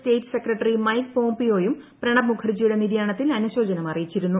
state secretary Mike പോംപിയോയും പ്രണബ് മുഖർജിയുടെ നിര്യാണത്തിൽ അനുശോചനം അറിയിച്ചിരുന്നു